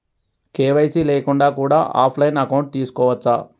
KYC లేకుండా కూడా offline account తీసుకోవచ్చా?